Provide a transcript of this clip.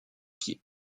pieds